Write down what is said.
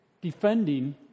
defending